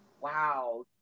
wow